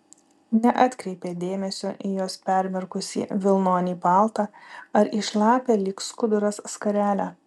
neatkreipė dėmesio į jos permirkusį vilnonį paltą ar į šlapią lyg skuduras skarelę